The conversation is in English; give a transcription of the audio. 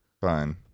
Fine